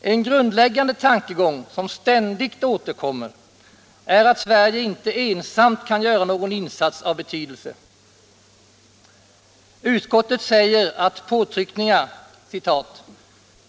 En grundläggande tankegång, som ständigt återkommer, är att Sverige inte ensamt kan göra någon insats av betydelse. Utskottet säger att påtryckningar